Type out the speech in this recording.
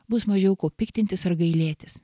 bus mažiau kuo piktintis ar gailėtis